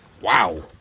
wow